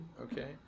Okay